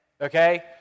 okay